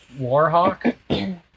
Warhawk